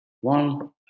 One